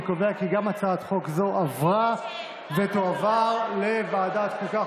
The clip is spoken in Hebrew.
אני קובע כי גם הצעת חוק זו עברה ותועבר לוועדת החוקה,